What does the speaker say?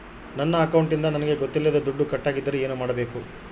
ನನ್ನ ಅಕೌಂಟಿಂದ ನನಗೆ ಗೊತ್ತಿಲ್ಲದೆ ದುಡ್ಡು ಕಟ್ಟಾಗಿದ್ದರೆ ಏನು ಮಾಡಬೇಕು?